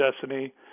destiny